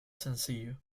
sencillo